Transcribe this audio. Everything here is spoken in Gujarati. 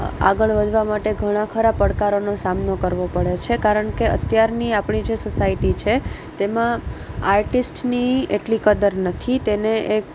આગળ વધવા માટે ઘણા ખરા પડકારોનો સામનો કરવો પડે છે કરણકે અત્યારની આપણી જે સોસાયટી છે તેમાં આર્ટિસ્ટની એટલી કદર નથી તેને એક